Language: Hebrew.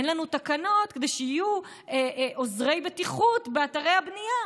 אין לנו תקנות כדי שיהיו עוזרי בטיחות באתרי הבנייה,